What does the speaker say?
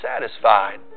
satisfied